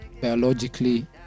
biologically